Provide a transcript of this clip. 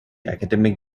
academic